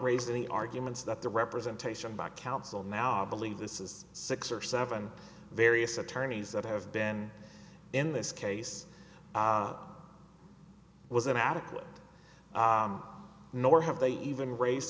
any arguments that the representation by counsel now i believe this is six or seven various attorneys that have been in this case was an adequate nor have they even raised